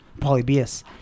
Polybius